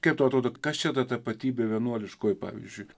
kaip tau atrodo kas čia ta tapatybė vienuoliškoji pavyzdžiui